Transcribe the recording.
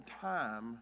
time